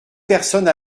personnes